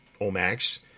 omax